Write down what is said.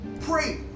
pray